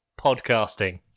podcasting